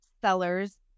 sellers